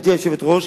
גברתי היושבת-ראש,